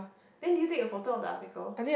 then did you take a photo of the article